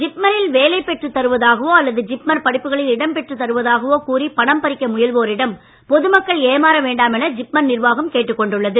ஜிப்மரில் வேலை பெற்று தருவதாகவோ அல்லது ஜிப்மர் படிப்புகளில் இடம் பெற்று தருவதாகவோ கூறி பணம் பறிக்க முயல்வோரிடம் பொது மக்கள் ஏமாற வேண்டாம் என ஜிப்மர் நிர்வாகம் கேட்டுக் கொண்டுள்ளது